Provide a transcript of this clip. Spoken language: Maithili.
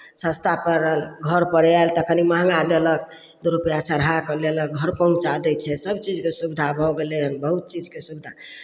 सस्ता पड़ल घरपर आयल तऽ कनि महंगा देलक दू रुपैआ चढ़ा कऽ लेलक घर पहुँचा दै छै सभ चीजके सुविधा भऽ गेलै हन बहुत चीजके सुविधा